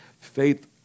Faith